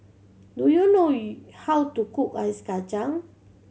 do you know how to cook ice kacang